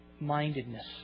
mindedness